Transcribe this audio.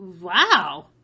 Wow